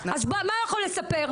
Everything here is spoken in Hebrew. אז מה הוא יכול לספר?